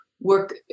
work